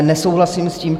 Nesouhlasím s tím.